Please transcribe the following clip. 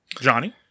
Johnny